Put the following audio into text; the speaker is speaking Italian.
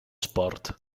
sport